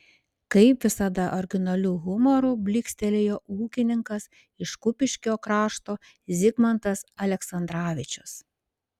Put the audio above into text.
kaip visada originaliu humoru blykstelėjo ūkininkas iš kupiškio krašto zigmantas aleksandravičius